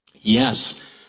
Yes